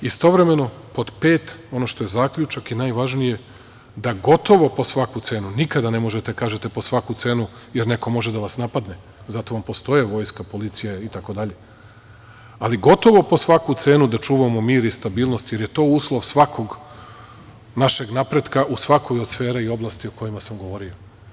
Istovremeno, pod pet, ono što je zaključak i najvažnije – da gotovo po svaku cenu nikada ne možete da kažete po svaku cenu jer neko može da vas napadne, zato vam postoji Vojska, policija itd, ali gotovo po svaku cenu da čuvamo mir i stabilnost, jer je to uslov svakog našeg napretka u svakoj od sfera i oblasti o kojima sam govorio.